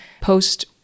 post